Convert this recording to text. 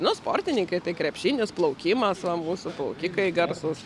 nu sportininkai tai krepšinis plaukimas va mūsų plaukikai garsūs